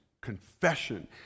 confession